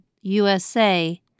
USA